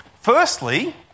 Firstly